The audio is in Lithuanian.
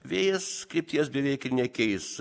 vėjas krypties beveik ir nekeis